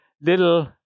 little